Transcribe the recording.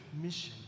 mission